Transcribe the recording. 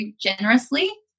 generously